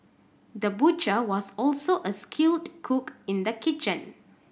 the butcher was also a skilled cook in the kitchen